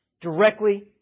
directly